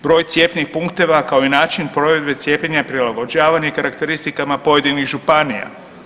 Broj cjepnih punkteva kao i način provedbe cijepljenja prilagođavan je karakteristikama pojedinih županija.